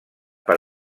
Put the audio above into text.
per